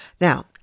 Now